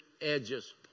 edges